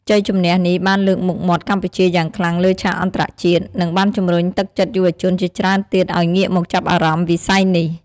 ជ័យជម្នះនេះបានលើកមុខមាត់កម្ពុជាយ៉ាងខ្លាំងលើឆាកអន្តរជាតិ និងបានជំរុញទឹកចិត្តយុវជនជាច្រើនទៀតឲ្យងាកមកចាប់អារម្មណ៍វិស័យនេះ។